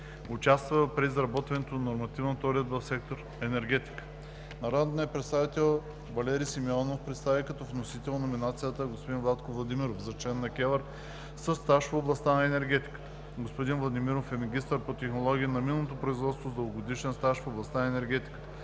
Участвал е при изработването на нормативната уредба в сектор „Енергетика“. Народният представител Валери Симеонов представи като вносител номинацията на господин Владко Владимиров за член на КЕВР със стаж в областта на енергетиката. Господин Владимиров е магистър по технология на минното производство с дългогодишен стаж в областта на енергетиката.